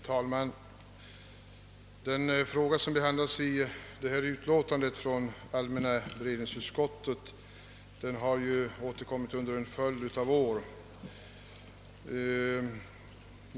Herr talman! Den fråga som behandlas i allmänna beredningsutskottets utlåtande nr 13 har ju återkommit under en följd av år.